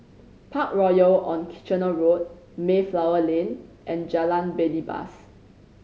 Parkroyal on Kitchener Road Mayflower Lane and Jalan Belibas